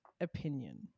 opinion